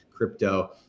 crypto